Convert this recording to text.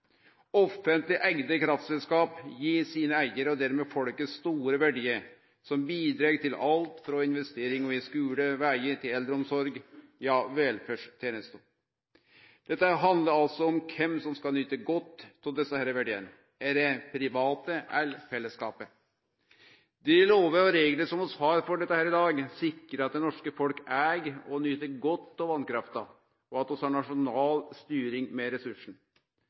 Offentleg eigde kraftselskap gir eigarane, og dermed folket, store verdiar som bidreg til alt frå investeringar i skular og vegar til eldreomsorg – ja, velferdstenester. Det handlar om kven som skal nyte godt av desse verdiane. Er det private, eller fellesskapet? Dei lovene og reglane vi har for dette i dag, sikrar at det norske folk eig, og nyt godt av, vasskrafta, og at vi har nasjonal styring med ressursen.